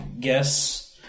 guess